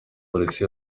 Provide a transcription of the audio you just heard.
polisi